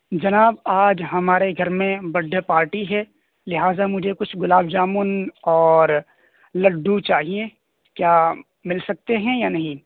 جناب آج ہمارے گھر میں برتھ ڈے پارٹی ہے لہذا مجھے کچھ گلاب جامن اور لَڈُّو چاہیے کیا مل سکتے ہیں یا نہیں